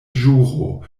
ĵuro